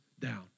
down